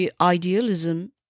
idealism